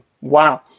wow